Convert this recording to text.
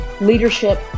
leadership